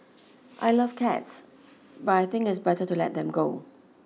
I love cats but I think it's better to let them go